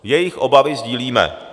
Jejich obavy sdílíme.